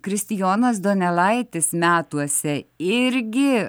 kristijonas donelaitis metuose irgi